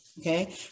Okay